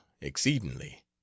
exceedingly